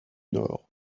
nord